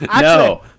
No